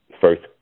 first